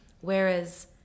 Whereas